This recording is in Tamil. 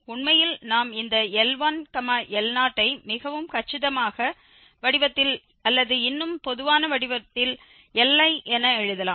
உண்மையில் நாம் இந்த L1 L0 ஐ மிகவும் கச்சிதமான வடிவத்தில் அல்லது இன்னும் பொதுவான வடிவத்தில் Li என எழுதலாம்